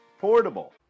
Portable